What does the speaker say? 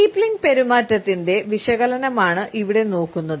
steepling പെരുമാറ്റത്തിന്റെ വിശകലനം ആണ് ഇവിടെ നോക്കുന്നത്